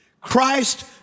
Christ